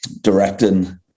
directing